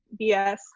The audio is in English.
BS